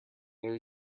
there